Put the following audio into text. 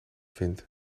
vindt